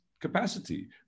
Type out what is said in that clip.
capacity